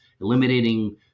eliminating